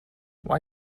why